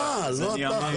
לא אתה, לא אתה.